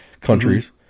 countries